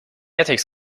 ethics